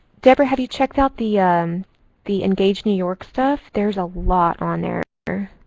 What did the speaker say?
debra, have you checked out the um the engage new york stuff? there's a lot on there.